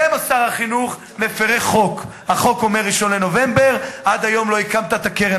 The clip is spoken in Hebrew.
אתם התחייבתם בוועדת הכספים, שעד ה-1 בנובמבר הקרן